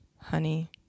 honey